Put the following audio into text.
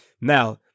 Now